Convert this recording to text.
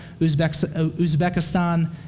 Uzbekistan